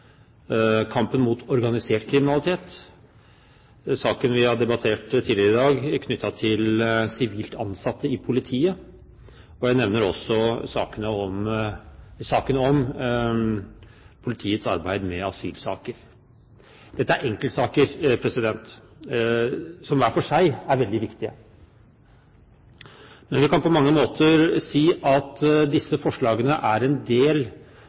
kampen mot organisert kriminalitet og saken vi har debattert tidligere i dag knyttet til sivilt ansatte i politiet. Jeg nevner også politiets arbeid med asylsaker. Dette er enkeltsaker som hver for seg er veldig viktige. Vi kan på mange måter si at disse forslagene er en del